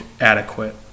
adequate